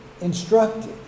instructed